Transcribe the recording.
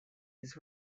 his